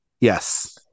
yes